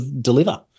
deliver